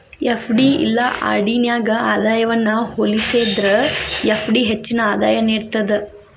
FD ಇಲ್ಲಾ RD ನ್ಯಾಗ ಆದಾಯವನ್ನ ಹೋಲಿಸೇದ್ರ ಎಫ್.ಡಿ ಹೆಚ್ಚಿನ ಆದಾಯ ನೇಡ್ತದ